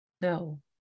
No